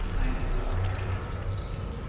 i am sorry, his brother said.